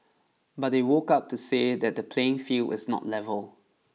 but they woke up to say that the playing field is not level